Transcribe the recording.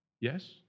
Yes